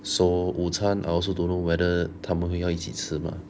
so 午餐 I also don't know whether 他们会要一起吃吗